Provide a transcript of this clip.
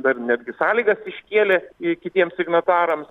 dar netgi sąlygas iškielė i kitiems signatarams